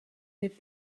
with